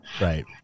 Right